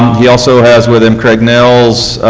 he also has with them craig mills,